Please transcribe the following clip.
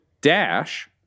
dash